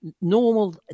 normal